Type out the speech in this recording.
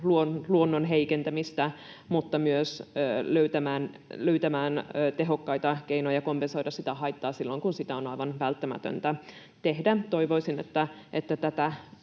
luonnon heikentämistä mutta myös löytämään tehokkaita keinoja kompensoida sitä haittaa silloin, kun sitä on aivan välttämätöntä tehdä. Toivoisin, että tätä